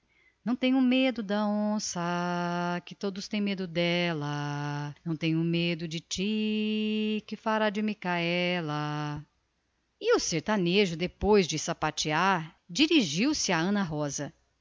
não tenho medo da onça que todos têm medo dela não tenho medo de ti que fará de micaela e o matuto depois do sapateado dirigiu-se a ana rosa